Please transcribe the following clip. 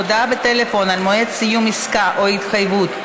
הודעה בטלפון על מועד סיום עסקה או התחייבות),